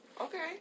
Okay